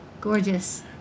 gorgeous